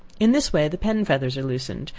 in this way the pen feathers are loosened,